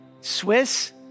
Swiss